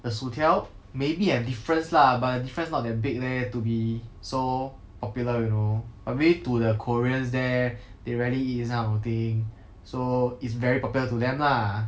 the 薯条 maybe have difference lah but the difference not that big leh to be so popular you know but maybe to the koreans there they rarely eat this kind of thing so is very popular to them lah